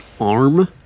arm